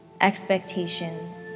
expectations